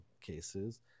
cases